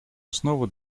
основу